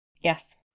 Yes